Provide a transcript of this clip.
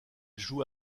joue